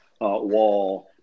wall –